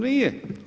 Nije.